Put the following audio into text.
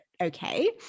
okay